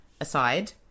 aside